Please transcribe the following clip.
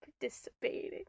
participating